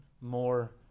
more